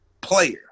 player